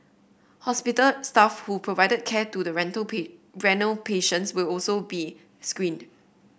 hospital staff who provided care to the renal patients will also be screened